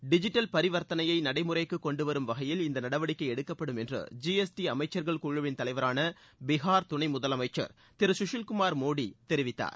digital பரிவர்த்தனையை நடைமுறைக்கு கொண்டு வரும் வகையில் இந்த நடவடிக்கை எடுக்கப்படும் என்று ஜி எஸ் டி அமைச்சர்கள் குழுவிள் தலைவரான பீகார் துணை முதலமைச்சர் திரு கசில் குமார் மோடி தெரிவித்தார்